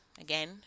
Again